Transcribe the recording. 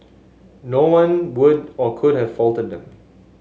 no one would or could have faulted them